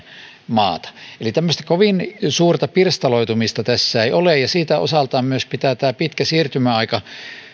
maata eli kovin suurta pirstaloitumista tässä ei ole ja siitä osaltaan myös pitää huolen tämä pitkä siirtymäaika